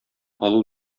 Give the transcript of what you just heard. алу